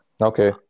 Okay